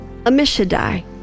Amishadai